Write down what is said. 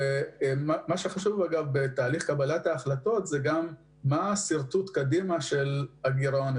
בתהליך קבלת ההחלטות חשוב לברר מה השרטוט של הגירעון בעתיד.